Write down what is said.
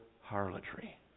harlotry